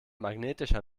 magnetischer